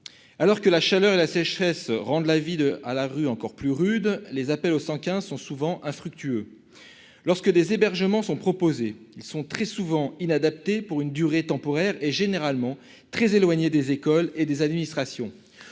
Alors que la chaleur et la sécheresse rendent la vie à la rue encore plus rude, les appels au 115 se révèlent souvent infructueux ; et, lorsque des hébergements sont proposés, ils sont très souvent inadaptés, accordés à titre temporaire et généralement très éloignés des écoles et des administrations.